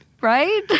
Right